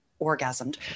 orgasmed